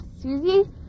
Susie